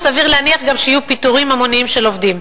סביר להניח גם שיהיו פיטורים המוניים של עובדים.